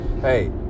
hey